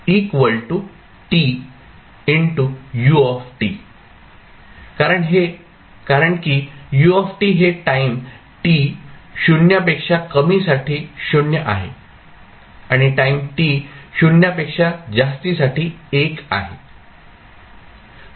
कारण की u हे टाईम t 0 पेक्षा कमीसाठी 0 आहे आणि टाईम t 0 पेक्षा जास्तीसाठी 1 आहे